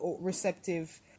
receptive